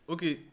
Okay